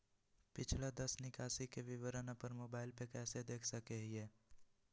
पिछला दस निकासी के विवरण अपन मोबाईल पे कैसे देख सके हियई?